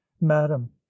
madam